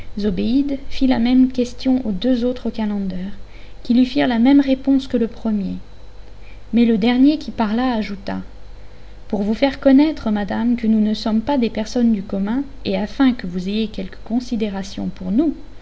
la même question aux deux autres calenders qui lui firent la même réponse que le premier mais le dernier qui parla ajouta pour vous faire connaître madame que nous ne sommes pas des personnes du commun et afin que vous ayez quelque considération pour nous